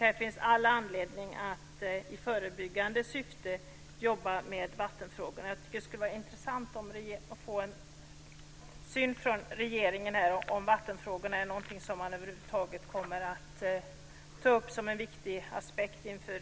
Det finns all anledning att i förebyggande syfte jobba med vattenfrågorna. Jag tycker att det skulle vara intressant att få regeringens syn på om vattenfrågorna är något som man över huvud taget kommer att ta upp som en viktig aspekt inför